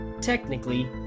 technically